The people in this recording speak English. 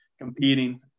competing